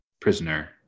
prisoner